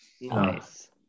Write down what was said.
Nice